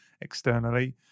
externally